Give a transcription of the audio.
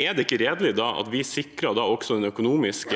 Er det ikke da redelig at vi også sikrer det det økonomisk